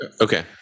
Okay